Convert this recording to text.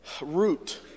root